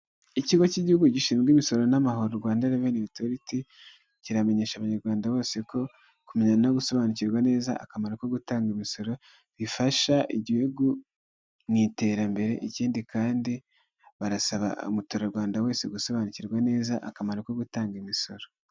Ikigo cy'igihugu gishinzwe imisoro n'amahoro, Rwanda Revenue Authority, kiramenyesha abanyarwanda bose ko kumenya no gusobanukirwa neza akamaro ko gutanga imisoro bifasha igihugu mu iterambere; ikindi kandi barasaba umuturarwanda wese, gusobanukirwa neza akamaro ko gutanga imisoro.